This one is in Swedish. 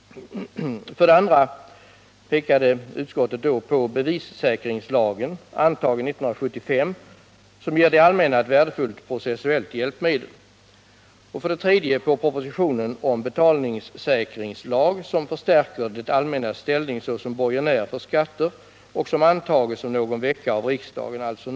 2. Bevissäkringslagen, antagen 1975, som ger det allmänna ett värdefullt processuellt hjälpmedel. 3. Propositionen om betalningssäkringslag, som förstärker det allmännas ställning såsom borgenär för skatter och som antas om någon vecka av riksdagen. 5.